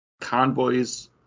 convoys